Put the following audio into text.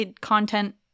content